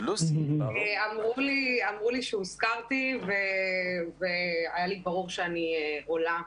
אמרו לי שהוזכרתי והיה לי ברור שאני עולה.